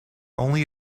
only